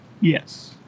Yes